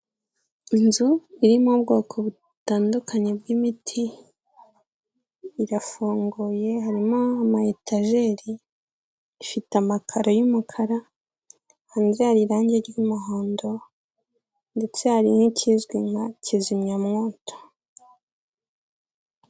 Inzu irimo ubwoko butandukanye bw'imiti, irafunguye harimo amayetajeri, ifite amakaro y'umukara, hanze hari irange ry'umuhondo ndetse hari n'ikizwi nka kizimyamwoto.